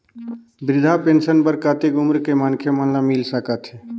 वृद्धा पेंशन बर कतेक उम्र के मनखे मन ल मिल सकथे?